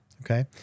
Okay